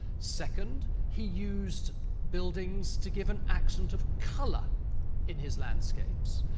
second, he used buildings to give an accent of colour in his landscapes.